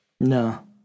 No